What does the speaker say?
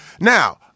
Now